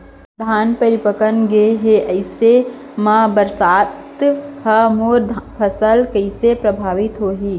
धान परिपक्व गेहे ऐसे म बरसात ह मोर फसल कइसे प्रभावित होही?